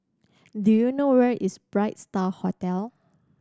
do you know where is Bright Star Hotel